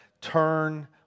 turn